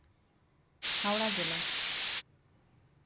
ᱦᱟᱣᱲᱟ ᱡᱮᱞᱟ